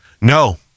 No